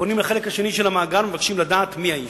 פונים לחלק השני של המאגר ומבקשים לדעת מי האיש.